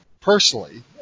personally